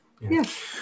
Yes